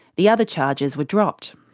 the other charges were dropped.